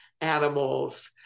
animals